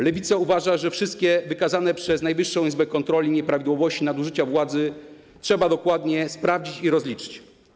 Lewica uważa, że wszystkie wykazane przez Najwyższą Izbę Kontroli nieprawidłowości, nadużycia władzy trzeba dokładnie sprawdzić i rozliczyć.